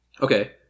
okay